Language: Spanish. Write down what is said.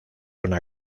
una